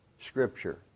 scripture